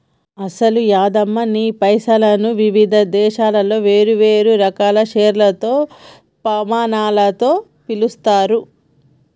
అసలు యాదమ్మ నీ పైసలను వివిధ దేశాలలో వేరువేరు రకాల పేర్లతో పమానాలతో పిలుస్తారు